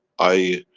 i,